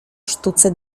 sztuce